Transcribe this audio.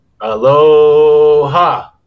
Aloha